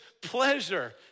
pleasure